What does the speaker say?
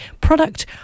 product